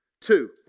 Two